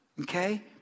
Okay